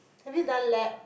have you done labs